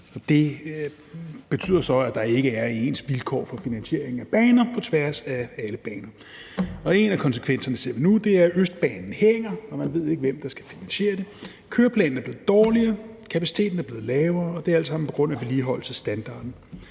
det betyder jo så, at der ikke er ens vilkår for finansieringen af baner på tværs af alle baner. Og en af konsekvenserne ser vi nu, og det er, at Østbanen hænger, og at man ikke ved, hvem der skal finansiere det. Køreplanen er blevet dårligere, kapaciteten er blevet lavere, og det er alt sammen på grund af vedligeholdesstandarden.